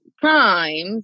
crimes